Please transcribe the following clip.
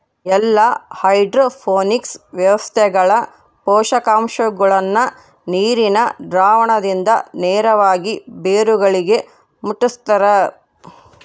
ಎಲ್ಲಾ ಹೈಡ್ರೋಪೋನಿಕ್ಸ್ ವ್ಯವಸ್ಥೆಗಳ ಪೋಷಕಾಂಶಗುಳ್ನ ನೀರಿನ ದ್ರಾವಣದಿಂದ ನೇರವಾಗಿ ಬೇರುಗಳಿಗೆ ಮುಟ್ಟುಸ್ತಾರ